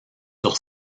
sur